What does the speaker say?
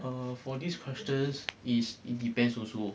err for this question is it depend also